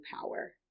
power